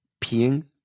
peeing